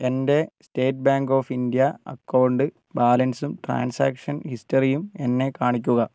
എൻ്റെ state bank of India account ബാലൻസും transaction ഹിസ്റ്ററിയും എന്നെ കാണിക്കുക